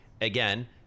Again